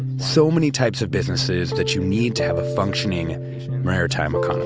so many types of businesses that you need to have a functioning maritime kind of